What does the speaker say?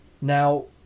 Now